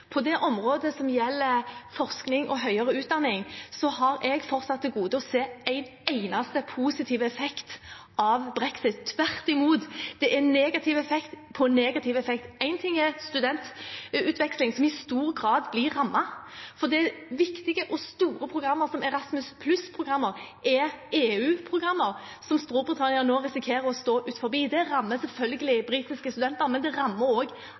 På det området som gjelder forskning og høyere utdanning, har jeg fortsatt til gode å se en eneste positiv effekt av brexit. Tvert imot – det er negativ effekt på negativ effekt. En ting er studentutveksling, som i stor grad blir rammet fordi viktige og store programmer som Erasmus+-programmet er EU-programmer som Storbritannia nå risikerer å stå utenfor. Det rammer selvfølgelig britiske studenter, men det rammer også andre europeiske studenter. Samarbeid innenfor høyere utdanning og